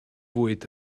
fwyd